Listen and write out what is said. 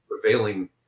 prevailing